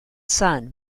sun